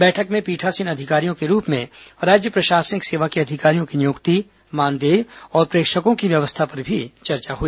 बैठक में पीठासीन अधिकारियों के रूप में राज्य प्रशासनिक सेवा के अधिकारियों की नियुक्ति मानदेय और प्रेक्षको की व्यवस्था पर भी चर्चा हुई